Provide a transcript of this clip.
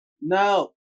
No